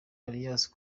alias